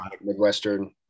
Midwestern